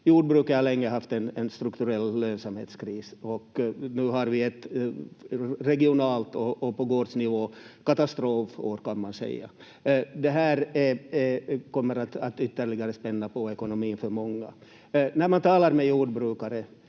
Jordbruket har länge haft en strukturell lönsamhetskris och nu har vi ett regionalt och på gårdsnivå katastrofår, kan man säga. Det här kommer att ytterligare spänna på ekonomin för många. När man talar med jordbrukare